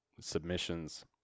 submissions